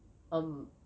um